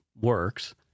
works